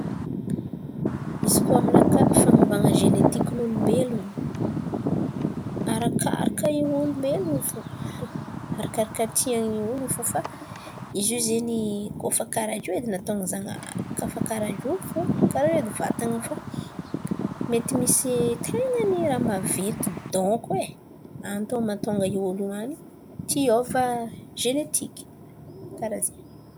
Izy koa aminàka fan̈ovan̈a genetikin'olombelon̈o, arakaraka i olombelon̈o io fo, arakaraka tian'olo io fa izy io zen̈y kôa fa kàra io edy nataon'ny Zanahary. Koa fa kàra io fo, efa kàra io edy vatan̈a fà mety misy ten̈a ny ràha maventy dônko e, antony mahatonga i olo io an̈y tia hiôva genetiky, kàraha zen̈y.